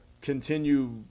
continue